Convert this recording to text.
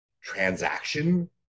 transaction